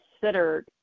considered